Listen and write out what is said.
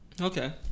okay